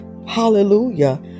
hallelujah